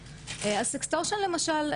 למה, כי היא בחרה לתת את התמונה.